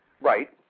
Right